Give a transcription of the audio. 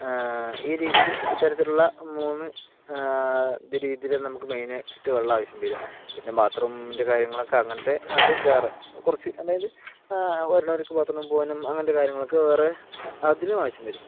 ഈ രീതിയിൽ ഇത്തരത്തിലുള്ള മൂന്ന് ഇത് രീതിയില് നമുക്ക് മെയിൻ ആയിട്ട് വെള്ളം ആവശ്യം വരുക പിന്നെ ബാത്റൂമിൻ്റെ കാര്യങ്ങളൊക്കെ അങ്ങനത്തെ അത് വേറെ കുറച്ച് അതായത് വരുന്നവർക്ക് ബാത്റൂമിൽ പോകാനും അങ്ങനത്തെ കാര്യങ്ങൾക്ക് വേറെ അതിനും ആവശ്യം വരും